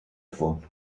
fun